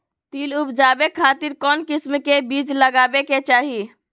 तिल उबजाबे खातिर कौन किस्म के बीज लगावे के चाही?